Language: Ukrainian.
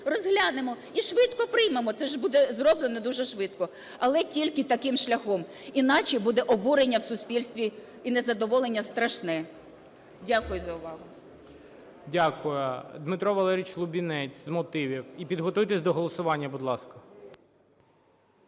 розглянемо і швидко приймемо. Це ж буде зроблено дуже швидко. Але тільки таким шляхом. Інакше буде обурення в суспільстві і незадоволення страшне. Дякую за увагу. ГОЛОВУЮЧИЙ. Дякую. Дмитро Валерійович Лубінець, з мотивів. І підготуйтесь до голосування, будь ласка.